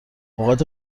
اوقات